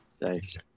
Thanks